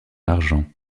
argent